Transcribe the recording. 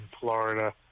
Florida